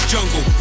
Jungle